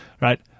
right